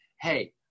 hey